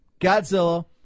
Godzilla